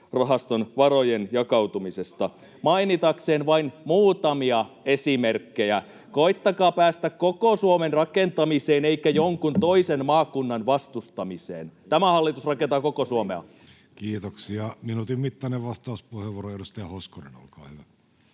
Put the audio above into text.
varojen jakautumisessa.” Mainitakseen vain muutamia esimerkkejä. Koettakaa päästä koko Suomen rakentamiseen eikä jonkun toisen maakunnan vastustamiseen. [Pekka Aittakummun välihuuto] Tämä hallitus rakentaa koko Suomea. Kiitoksia. — Minuutin mittainen vastauspuheenvuoro, edustaja Hoskonen, olkaa hyvä.